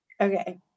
Okay